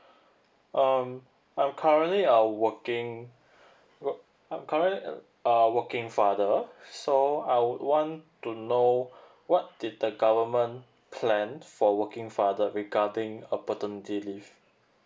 um I'm currently uh working work up i'm currently uh working father so uh I want to know what did the government plan for working father regarding uh paternity leave